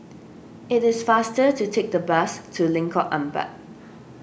it is faster to take the bus to Lengkok Empat